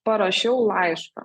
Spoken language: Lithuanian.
parašiau laišką